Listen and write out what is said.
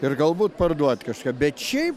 ir galbūt parduot kažką bet šiaip